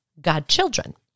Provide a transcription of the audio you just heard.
godchildren